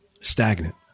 stagnant